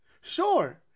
sure